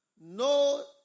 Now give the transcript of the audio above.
no